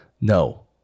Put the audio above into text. No